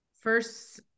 first